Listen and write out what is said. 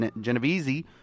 Genovese